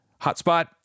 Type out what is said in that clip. hotspot